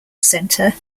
centre